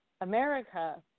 America